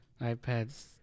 ipads